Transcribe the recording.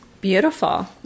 beautiful